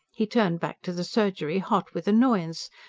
he turned back to the surgery hot with annoyance.